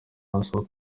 amaso